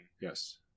Yes